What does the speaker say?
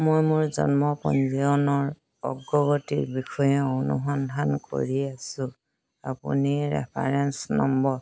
মই মোৰ জন্ম পঞ্জীয়নৰ অগ্ৰগতিৰ বিষয়ে অনুসন্ধান কৰি আছো আপুনি ৰেফাৰেঞ্চ নম্বৰ